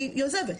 היא עוזבת.